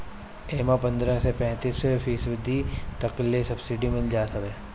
एमे पन्द्रह से पैंतीस फीसदी तक ले सब्सिडी मिल जात हवे